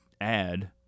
add